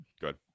Good